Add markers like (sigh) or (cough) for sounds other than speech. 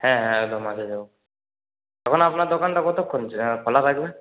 হ্যাঁ হ্যাঁ (unintelligible) এখন আপনার দোকানটা কতক্ষণ খোলা থাকবে